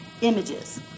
Images